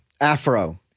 Afro